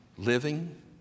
living